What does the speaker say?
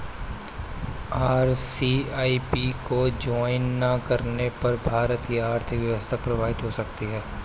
RCEP को join ना करने पर भारत की आर्थिक व्यवस्था प्रभावित हो सकती है